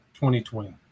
2020